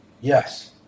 Yes